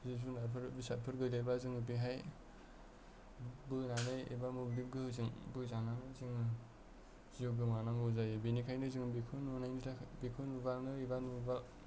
बा अबेबा बस्थु जिब जुनारफोर बेसादफोर गोग्लैबा जों बेहाय बोनानै एबा मोब्लिब गोहोजों बोजानानै जोङो जिउ गोमानांगौ जायो बेनिखायनो जोङो बेखौ जों नुब्लानो एबा नुब्ला